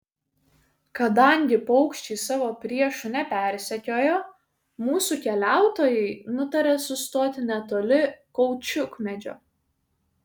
kadangi paukščiai savo priešų nepersekiojo mūsų keliautojai nutarė sustoti netoli kaučiukmedžio